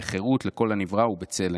בחירות לכל הנברא ובצלם.